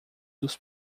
dos